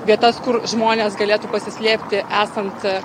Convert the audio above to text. vietas kur žmonės galėtų pasislėpti esant